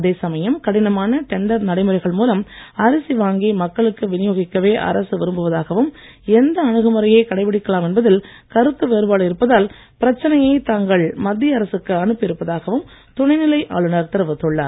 அதே சமயம் கடினமான டெண்டர் நடைமுறைகள் மூலம் அரிசி வாங்கி மக்களுக்கு விநியோகிக்கவே அரசு விரும்புவதாகவும் எந்த அணுகுமுறையை கடைபிடிக்கலாம் என்பதில் கருத்து வேறுபாடு இருப்பதால் பிரச்சனையை தாங்கள் மத்திய அரசுக்கு அனுப்பி இருப்பதாகவும் துணை நிலை ஆளுநர் தெரிவித்துள்ளார்